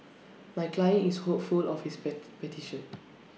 my client is hopeful of his petition